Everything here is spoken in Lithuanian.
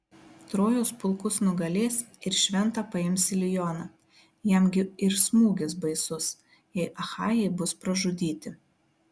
trojos pulkus nugalės ir šventą paims ilioną jam gi ir smūgis baisus jei achajai bus pražudyti